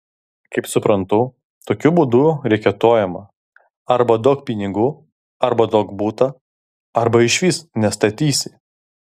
kaip suprantu tokiu būdu reketuojama arba duok pinigų arba duok butą arba išvis nestatysi